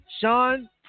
Sean